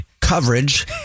coverage